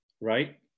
right